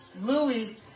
Louis